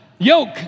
Yoke